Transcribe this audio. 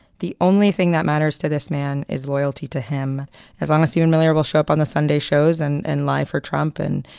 the only thing that matters to this man is loyalty to him as honestly unbelievable shop on the sunday shows and and live for trump and